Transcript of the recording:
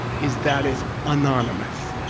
is that it's anonymous.